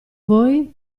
voi